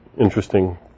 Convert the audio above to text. interesting